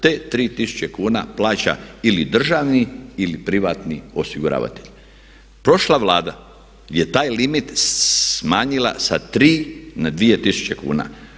Te 3 tisuće kuna plaća ili državni ili privatni osiguravatelj. prošla Vlada je taj limit smanjila sa 3 na 2 tisuće kuna.